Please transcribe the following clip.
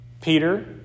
Peter